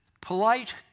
Polite